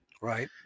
Right